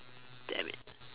damn it